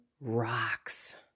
Rocks